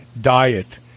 diet